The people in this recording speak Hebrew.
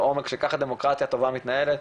בעומק שככה דמוקרטיה טובה מתנהלת,